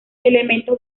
elementos